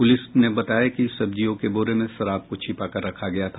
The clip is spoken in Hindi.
पुलिस ने बताया कि सब्जियों के बोरे में शराब को छिपाकर रखा गया था